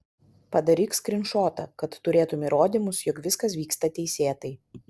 padaryk skrynšotą kad turėtum įrodymus jog viskas vyksta teisėtai